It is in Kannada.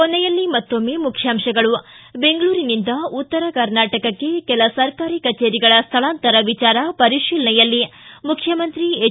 ಕೊನೆಯಲ್ಲಿ ಮತ್ತೊಮ್ಮೆ ಮುಖ್ಯಾಂತಗಳು ಬೆಂಗಳೂರಿನಿಂದ ಉತ್ತರ ಕರ್ನಾಟಕಕ್ಕೆ ಕೆಲ ಸರ್ಕಾರಿ ಕಚೇರಿಗಳ ಸ್ವಳಾಂತರ ವಿಚಾರ ಪರಿಶೀಲನೆಯಲ್ಲಿ ಮುಖ್ಯಮಂತ್ರಿ ಎಚ್